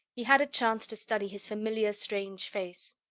he had a chance to study his familiar-strange face.